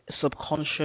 subconscious